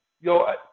yo